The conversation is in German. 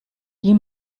die